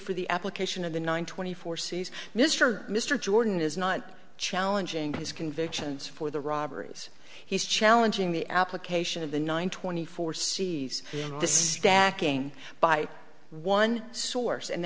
for the application of the nine twenty four c's mr mr jordan is not challenging his convictions for the robberies he's challenging the application of the nine twenty four sees this stacking by one source and